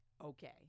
okay